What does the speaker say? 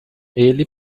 ele